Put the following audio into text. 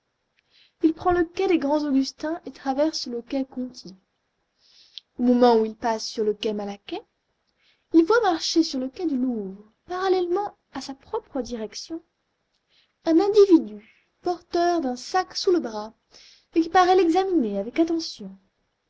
il prend le quai des grands-augustins et traverse le quai conti au moment où il passe sur le quai malaquais il voit marcher sur le quai du louvre parallèlement à sa propre direction un individu porteur d'un sac sous le bras et qui paraît l'examiner avec attention